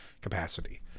capacity